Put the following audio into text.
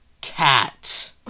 cat